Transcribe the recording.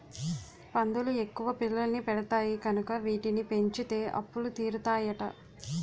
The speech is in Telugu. పందులు ఎక్కువ పిల్లల్ని పెడతాయి కనుక వీటిని పెంచితే అప్పులు తీరుతాయట